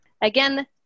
Again